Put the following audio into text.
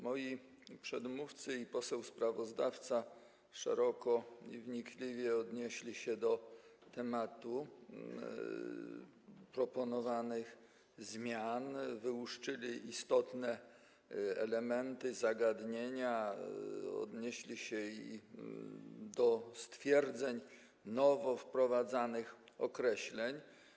Moi przedmówcy i poseł sprawozdawca szeroko i wnikliwie odnieśli się do tematu proponowanych zmian, wyłuszczyli istotne elementy zagadnienia, odnieśli się do stwierdzeń, nowo wprowadzanych określeń.